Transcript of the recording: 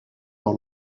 dans